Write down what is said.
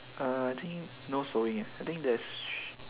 uh I think no sewing eh I think there is